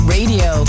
Radio